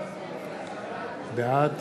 בעד